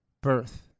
birth